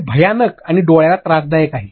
हे एक भयानक आणि डोळ्याला त्रासदायक आहे